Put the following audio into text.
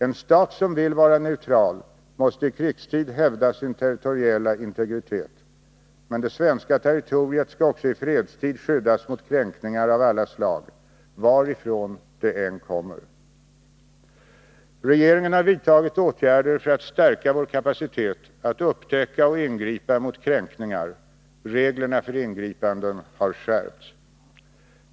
En stat som vill vara neutral måste i krigstid hävda sin territoriella integritet. Men det svenska territoriet skall också i fredstid skyddas mot kränkningar av alla slag varifrån de än kommer. Regeringen har vidtagit åtgärder för att stärka vår kapacitet att upptäcka och ingripa mot kränkningar. Reglerna för ingripanden har skärpts.